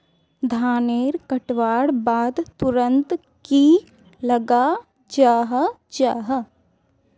धानेर कटवार बाद तुरंत की लगा जाहा जाहा?